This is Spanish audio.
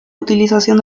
utilización